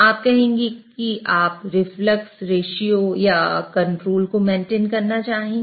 आप कहेंगे कि आप रिफ्लक्स रेश्यो को कंट्रोल या मेंटेन करना चाहेंगे